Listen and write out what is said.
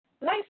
Life